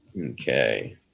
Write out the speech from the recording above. okay